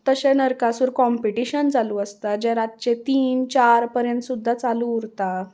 तशें नरकासूर कॉम्पिटिशन चालू आसता जे रातचे तीन चार पर्यंत सुद्दां चालू उरता